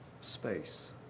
space